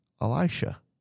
Elisha